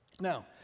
Now